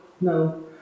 No